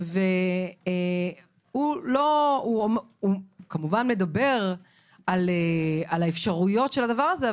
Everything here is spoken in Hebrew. והוא כמובן מדבר על האפשרויות של הדבר הזה,